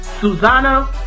Susana